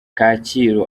kacyiru